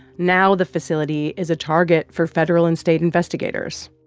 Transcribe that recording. now the facility is a target for federal and state investigators.